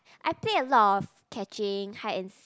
I play a lot of catching hide and see~